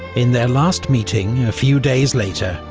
in their last meeting a few days later,